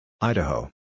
Idaho